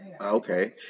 Okay